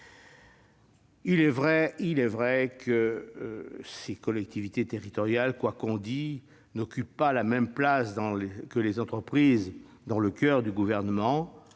Il est vrai que les collectivités territoriales, quoi qu'on en dise, n'occupent pas la même place que les entreprises dans le coeur du Gouvernement.